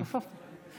הוספתי.